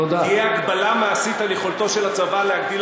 תהיה הגבלה מעשית על יכולתו של הצבא להגדיל